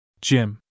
Jim